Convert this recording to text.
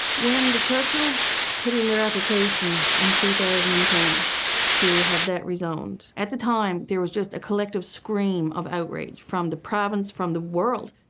when the churchill's put in their application in two thousand and ten to have that re-zoned, at the time there was just a collective scream of outrage from the province, from the world.